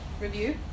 review